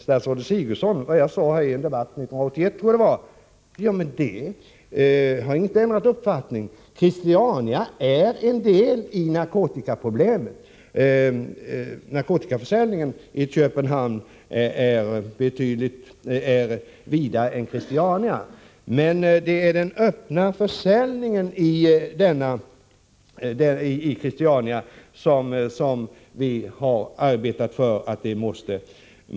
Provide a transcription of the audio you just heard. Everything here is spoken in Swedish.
Statsrådet Sigurdsen citerade vad jag sade i en debatt 1981. Jag har inte ändrat uppfattning. Christiania är en del av narkotikaproblemet. Narkotikaförsäljning förekommer i Köpenhamn även utanför Christiania, men det är den öppna försäljningen i Christiania som vi arbetar för att få bort.